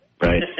Right